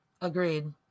Agreed